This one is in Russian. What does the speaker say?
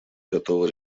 готова